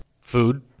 Food